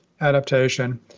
adaptation